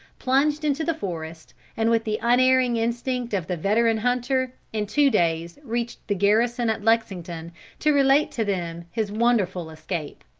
plunged into the forest, and with the unerring instinct of the veteran hunter, in two days reached the garrison at lexington to relate to them his wonderful escape.